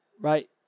right